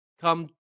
come